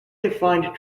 defined